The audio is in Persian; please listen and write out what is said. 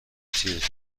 توئیتر